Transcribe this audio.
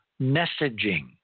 messaging